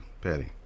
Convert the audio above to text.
Patty